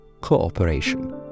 cooperation